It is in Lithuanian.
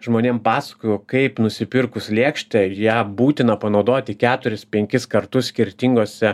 žmonėm pasakoju kaip nusipirkus lėkštę ją būtina panaudoti keturis penkis kartus skirtingose